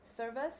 service